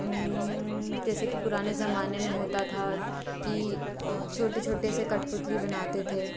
जैसे कि पुराने ज़माने में होता था कि छोटे छोटे से कठपुतली बनाते थे